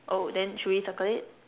oh then should we circle it